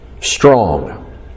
strong